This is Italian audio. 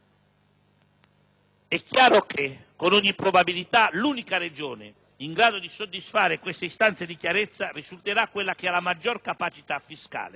È chiaro che, con ogni probabilità, l'unica Regione in grado di soddisfare queste istanze di chiarezza risulterà quella che ha la maggiore capacità fiscale,